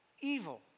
evil